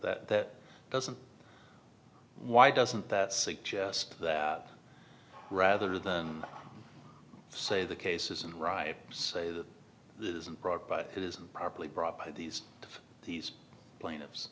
u that doesn't why doesn't that suggest that rather than say the case isn't right say that this isn't broke but it is properly brought by these these plaintiffs